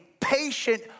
patient